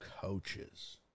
coaches